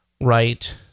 right